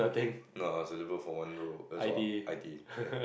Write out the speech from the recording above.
no I was eligible for one row that's all I_T_E